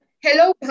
hello